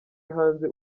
hanze